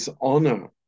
honor